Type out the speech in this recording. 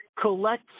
collect